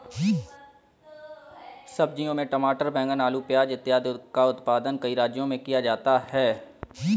सब्जियों में टमाटर, बैंगन, आलू, प्याज इत्यादि का उत्पादन कई राज्यों में किया जाता है